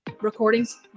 Recordings